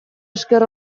esker